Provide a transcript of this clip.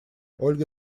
ольга